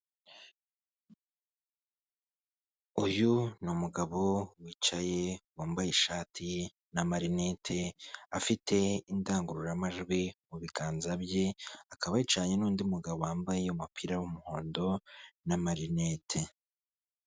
Uyu ni umugabo wicaye wambaye ishati n'amarinete, afite indangururamajwi mu biganza bye, akaba yicaye n'ndi mugabo wambaye umupira w'umuhondo n'amarinete.